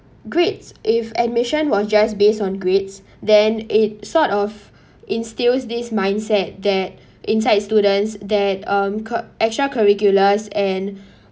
grades if admission was just based on grades then it sort of instills this mindset that inside students that um curr~ extra curriculars and